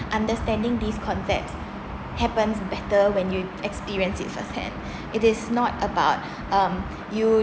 understanding these concepts happens better when you experience it first hand it is not about um you